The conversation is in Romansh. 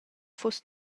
fuss